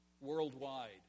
worldwide